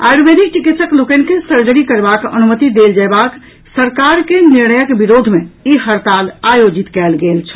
आयुर्वेदिक चिकित्सक लोकनि के सर्जरी करबाक अनुमति देल जायबाक सरकार के निर्णयक विरोध मे ई हड़ताल आयोजित कयल गेल छल